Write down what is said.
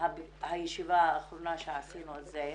הישיבה האחרונה שעשינו על זה.